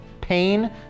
pain